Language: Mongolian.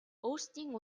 өөрсдийн